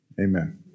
Amen